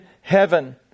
heaven